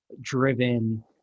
driven